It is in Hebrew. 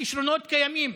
הכישרונות קיימים,